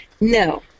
No